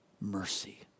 mercy